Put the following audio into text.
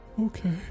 Okay